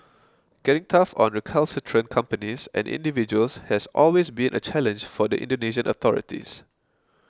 getting tough on recalcitrant companies and individuals has always been a challenge for the Indonesian authorities